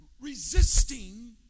resisting